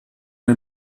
der